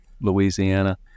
Louisiana